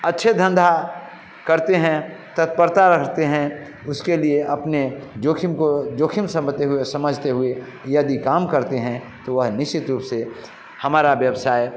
अच्छा धंधा करते हैं तत्परता रखते हैं उसके लिए अपने जोखिम को जोखिम सम्भते हुए समझते हुए यदि काम करते हैं तो वह निश्चित रूप से हमारा व्यवसाय